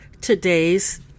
today's